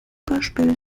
beispiel